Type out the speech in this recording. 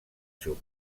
seu